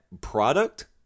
product